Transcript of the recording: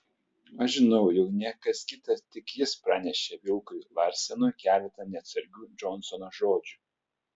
aš žinau jog ne kas kitas tik jis pranešė vilkui larsenui keletą neatsargių džonsono žodžių